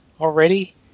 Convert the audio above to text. already